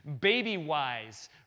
baby-wise